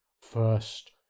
First